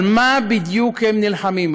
על מה בדיוק הם נלחמים?